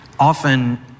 Often